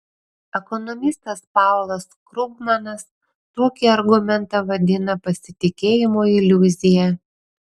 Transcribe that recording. ekonomistas paulas krugmanas tokį argumentą vadina pasitikėjimo iliuzija